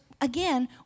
again